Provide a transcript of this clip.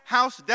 House